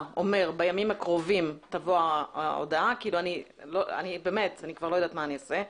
אומר "בימים הקרובים תבוא ההודעה" אני כבר לא יודעת מה אעשה.